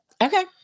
Okay